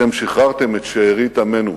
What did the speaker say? אתם שחררתם את שארית עמנו